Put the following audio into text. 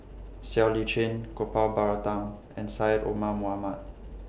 Siow Lee Chin Gopal Baratham and Syed Omar Mohamed